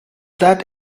that